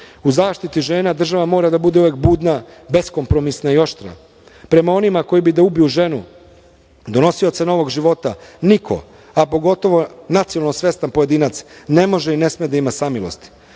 zaštiti žena država uvek mora da bude budna, bezkompromisna i oštra. Prema onima koji bi da ubiju ženu, donosioca novog života niko, a pogotovo nacionalno svestan pojedinac, ne može i ne sme da ima samilosti.